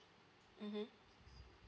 mmhmm